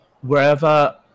Wherever